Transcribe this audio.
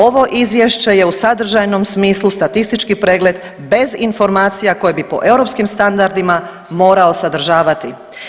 Ovo izvješće je u sadržajnom smislu statistički pregled bez informacija koje bi po europskim standardima morao sadržavati.